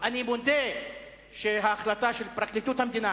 אני מודה שההחלטה של פרקליטות המדינה